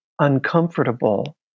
uncomfortable